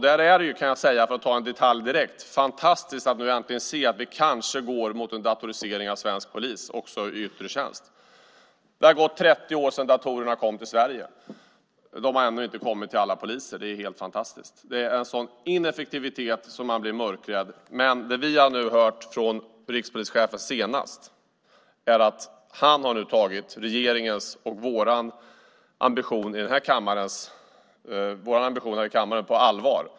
Där är det, för att ta en detalj direkt, fantastiskt att vi nu äntligen ser att vi kanske går mot en datorisering av svensk polis, också i yttre tjänst. Det har gått 30 år sedan datorerna kom till Sverige. De har ännu inte kommit till alla poliser. Det är helt fantastiskt. Det är en sådan ineffektivitet att man blir mörkrädd. Men det vi har hört från rikspolischefen senast är att han nu har tagit regeringens och vår ambition här i kammaren på allvar.